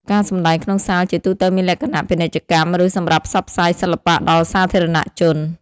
ការសម្តែងក្នុងសាលជាទូទៅមានលក្ខណៈពាណិជ្ជកម្ម ឬសម្រាប់ផ្សព្វផ្សាយសិល្បៈដល់សាធារណជន។